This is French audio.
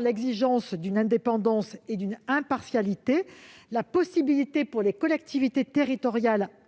l'exigence d'une indépendance et d'une impartialité, la possibilité pour les collectivités territoriales,